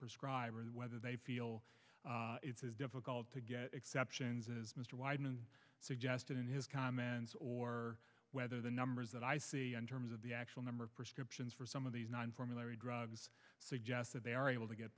prescribe or whether they feel it's difficult to get exceptions as mr wyden suggested in his comments or whether the numbers that i see in terms of the actual number of prescriptions for some of these nine formulary drugs suggest that they are able to get